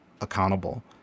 accountable